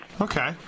Okay